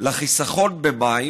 לחיסכון במים,